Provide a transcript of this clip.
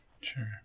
Sure